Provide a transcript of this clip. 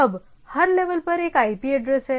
अब हर लेवल पर एक IP एड्रेस है